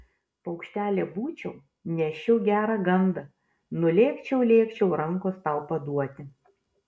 paukštelė būčiau neščiau gerą gandą nulėkčiau lėkčiau rankos tau paduoti